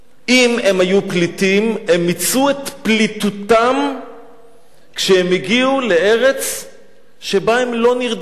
אם הם היו פליטים הם מיצו את פליטותם כשהם הגיעו לארץ שבה הם לא נרדפו,